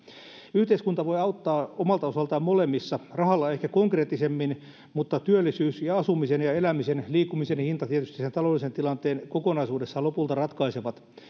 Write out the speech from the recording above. yhteiskunta voi auttaa omalta osaltaan molemmissa rahalla ehkä konkreettisemmin mutta työllisyys ja asumisen elämisen ja liikkumisen hinta tietysti sen taloudellisen tilanteen kokonaisuudessaan lopulta ratkaisevat